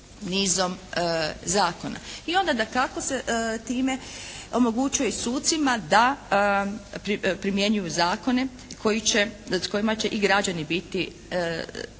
I onda dakako se time omogućuje sucima da primjenjuju zakone s kojima će i građani biti